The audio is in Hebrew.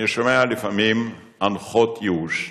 אני שומע לפעמים אנחות ייאוש.